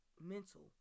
mental